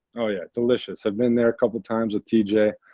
oh, yeah, delicious. i've been there a couple times with t j.